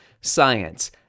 Science